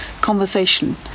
Conversation